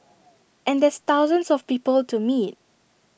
and there's thousands of people to meet